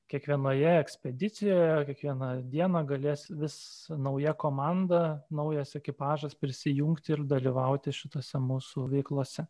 kiekvienoje ekspedicijoje kiekvieną dieną galės vis nauja komanda naujas ekipažas prisijungti ir dalyvauti šitose mūsų veiklose